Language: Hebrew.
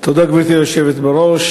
תודה לגברתי היושבת בראש.